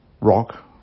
rock